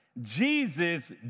Jesus